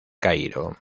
cairo